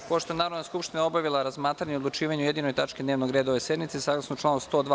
Pošto je Narodna skupština obavila razmatranje i odlučivanje o jedinoj tački dnevnog reda ove sednice, saglasno članu 102.